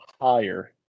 higher